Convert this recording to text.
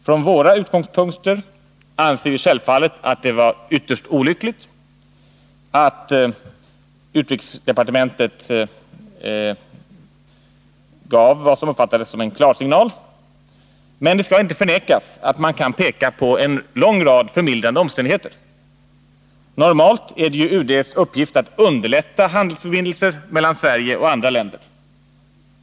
Från våra utgångspunkter anser vi självfallet att det var ytterst olyckligt att utrikesdepartementet gav vad som uppfattades som en klarsignal. Men det skall inte förnekas att man kan peka på en lång rad förmildrande omständigheter. Normalt är det ju utrikesdepartementets uppgift att underlätta handelsförbindelser mellan Sverige och andra länder.